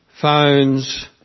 phones